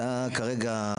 אורי,